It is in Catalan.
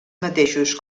mateixos